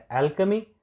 alchemy